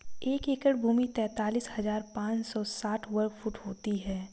एक एकड़ भूमि तैंतालीस हज़ार पांच सौ साठ वर्ग फुट होती है